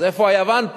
אז איפה יוון פה?